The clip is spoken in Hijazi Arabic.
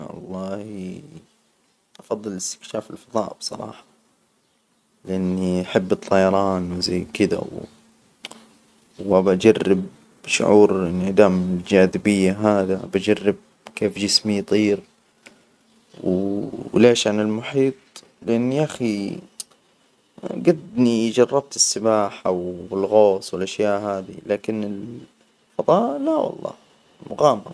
والله افضل استكشاف الفضاء بصراحة، لأني أحب الطيران وزي كده، وأبي أجرب شعور انعدام الجاذبية هذا بجرب كيف جسمي يطير؟ و ليش عن المحيط؟ لأن يا أخي، جدني جربت السباحة والغوص والأشياء هذى، لكن الفضاء لا والله مغامرة.